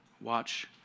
Watch